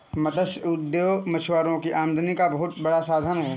मत्स्य उद्योग मछुआरों की आमदनी का बहुत बड़ा साधन है